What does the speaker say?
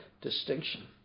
distinction